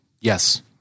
yes